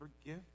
forgive